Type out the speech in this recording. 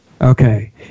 Okay